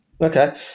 Okay